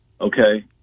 okay